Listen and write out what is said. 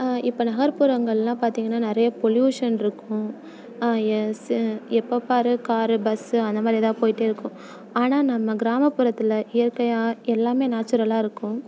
இப்போ நகர்புறங்களில் பார்த்தீங்கன்னா நிறைய பொல்யூஷன் இருக்கும் எப்போப் பாரு காரு பஸ்ஸு அந்த மாதிரி தான் போய்கிட்டே இருக்கும் ஆனால் நம்ம கிராமப்புறத்தில் இயற்கையாக எல்லாமே நேச்சுரலாக இருக்கும்